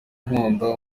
unkunda